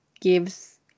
gives